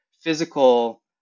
physical